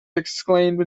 exclaimed